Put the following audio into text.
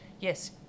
yes